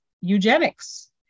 eugenics